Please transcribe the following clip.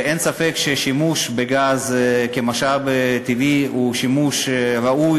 ואין ספק ששימוש בגז כמשאב טבעי הוא שימוש ראוי,